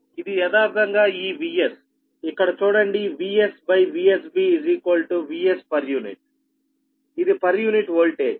ఇది యదార్థంగా ఈ Vsఇక్కడ చూడండి Vs VsB Vs pu ఇది పర్ యూనిట్ వోల్టేజ్